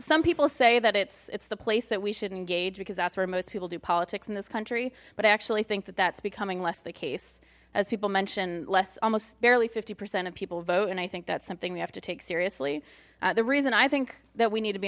some people say that it's it's the place that we should engage because that's where most people do politics in this country but i actually think that that's becoming less the case as people mention less almost barely fifty percent of people vote and i think that's something we have to take seriously the reason i think that we need to be